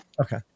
Okay